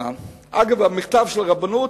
המכתב של הרבנות,